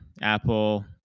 Apple